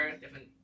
different